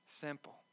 simple